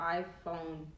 iPhone